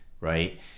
right